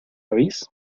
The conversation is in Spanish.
oís